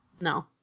No